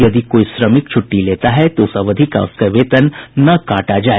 यदि कोई श्रमिक छुट्टी लेता है तो उस अवधि का उसका वेतन न काटा जाए